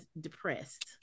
depressed